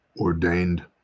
ordained